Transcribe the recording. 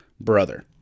brother